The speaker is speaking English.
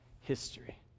history